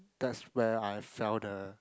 that's where I fell the